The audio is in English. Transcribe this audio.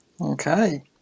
okay